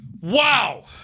Wow